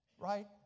right